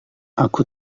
aku